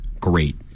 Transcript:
great